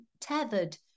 tethered